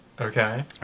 Okay